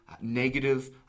negative